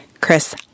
Chris